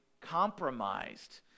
compromised